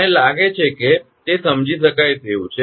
મને લાગે છે કે તે સમજી શકાય તેવું છે